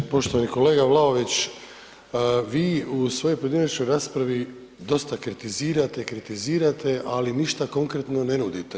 Poštovani kolega Vlaović, vi u svojoj pojedinačnoj raspravi dosta kritizirate, kritizirate, ali ništa konkretno ne nudite.